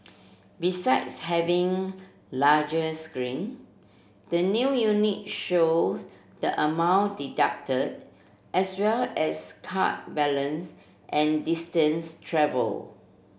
besides having larger screen the new unit show the amount deducted as well as card balance and distance travelled